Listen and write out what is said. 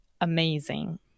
amazing